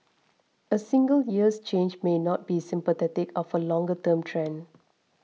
a single year's change may not be symptomatic of a longer term trend